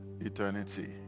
eternity